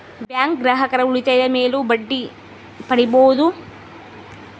bank ಗ್ರಾಹಕರು ಉಳಿತಾಯದ ಮೇಲೂ ಬಡ್ಡಿ ಪಡೀಬಹುದು